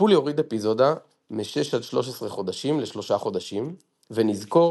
טיפול יוריד אפיזודה מ6-13 חודשים ל3 חודשים ונזכור